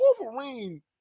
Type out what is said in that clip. Wolverine